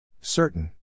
Certain